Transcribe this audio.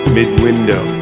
mid-window